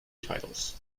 titles